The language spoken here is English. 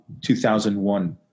2001